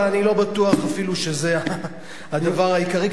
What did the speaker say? אבל אני לא בטוח אפילו שזה הדבר העיקרי,